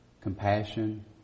compassion